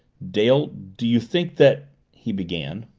dale, do you think that he began.